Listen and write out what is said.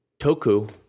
Toku